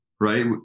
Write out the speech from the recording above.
right